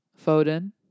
Foden